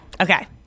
Okay